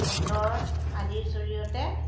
auto আদিৰ জৰিয়তে